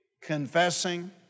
confessing